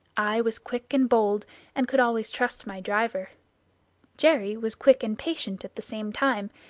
i was quick and bold and could always trust my driver jerry was quick and patient at the same time,